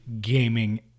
gaming